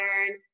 modern